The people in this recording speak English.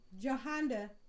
Johanda